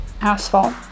asphalt